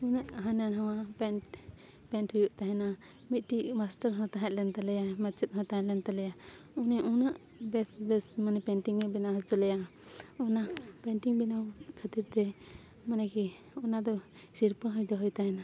ᱩᱱᱟᱹᱜ ᱦᱟᱱᱟ ᱱᱟᱣᱟ ᱯᱮᱱᱴ ᱯᱮᱱᱴ ᱦᱩᱭᱩᱜ ᱛᱟᱦᱮᱱᱟ ᱢᱤᱫᱴᱤᱡ ᱢᱟᱥᱴᱟᱨ ᱦᱚᱸ ᱛᱟᱦᱮᱸ ᱞᱮᱱ ᱛᱟᱞᱮᱭᱟ ᱢᱟᱪᱮᱫ ᱦᱚᱸ ᱛᱟᱦᱮᱸ ᱞᱮᱱ ᱛᱟᱞᱮᱭᱟ ᱩᱱᱤ ᱩᱱᱟᱹᱜ ᱵᱮᱥ ᱵᱮᱥ ᱢᱟᱱᱮ ᱯᱮᱱᱴᱤᱝ ᱮ ᱵᱮᱱᱟᱣ ᱦᱚᱪᱚ ᱞᱮᱭᱟ ᱚᱱᱟ ᱯᱮᱱᱴᱤᱝ ᱵᱮᱱᱟᱣ ᱠᱷᱟᱹᱛᱤᱨ ᱛᱮ ᱢᱟᱱᱮ ᱠᱤ ᱚᱱᱟ ᱫᱚ ᱥᱤᱨᱯᱟᱹ ᱦᱚᱭ ᱫᱚᱦᱚᱭ ᱛᱟᱦᱮᱱᱟ